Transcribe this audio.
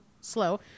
slow